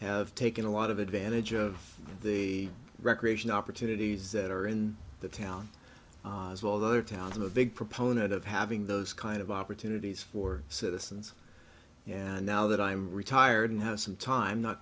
have taken a lot of advantage of the recreation opportunities that are in the town as well the other towns i'm a big proponent of having those kind of opportunities for citizens and now that i'm retired and have some time not